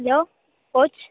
hello coach